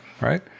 right